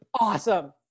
awesome